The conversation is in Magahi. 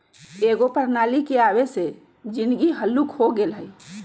एकेगो प्रणाली के आबे से जीनगी हल्लुक हो गेल हइ